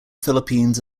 philippines